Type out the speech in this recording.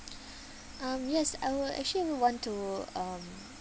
um yes I will actually want to um